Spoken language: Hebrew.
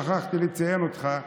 שכחתי לציין אותך.